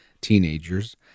teenagers